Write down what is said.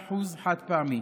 כ-35% חד-פעמי.